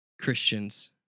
Christians